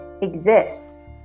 exists